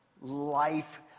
life